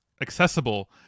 accessible